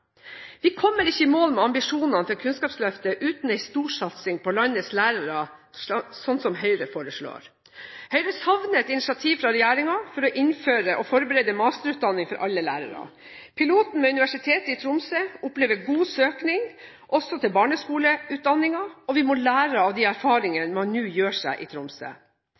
Vi kommer ikke i mål med ambisjonene for Kunnskapsløftet uten en storsatsing på landets lærere, slik Høyre foreslår. Høyre savner et initiativ fra regjeringen for å innføre og forberede masterutdanning for alle lærerne. Piloten ved Universitetet i Tromsø opplever god søkning, også til barneskoleutdanningen, og vi må lære av de erfaringene man nå gjør seg i Tromsø.